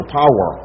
power